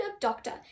doctor